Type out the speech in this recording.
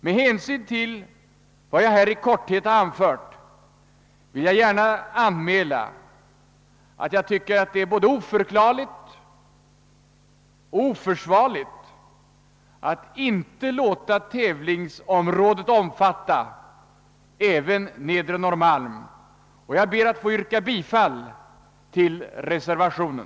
| Med hänsyn till vad jag här i korthet anfört vill jag anmäla att jag tycker att det är både oförklarligt och oförsvarligt att inte låta tävlingsområdet omfatta även Nedre Norrmalm, och jag ber att få yrka bifall till reservationen.